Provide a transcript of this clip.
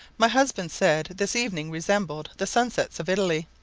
my husband said this evening resembled the sunsets of italy.